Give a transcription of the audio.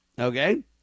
Okay